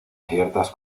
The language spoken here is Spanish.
ciertas